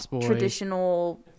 traditional